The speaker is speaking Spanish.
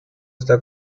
está